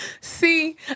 See